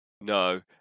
no